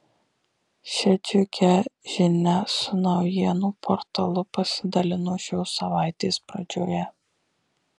šia džiugia žinia su naujienų portalu pasidalino šios savaitės pradžioje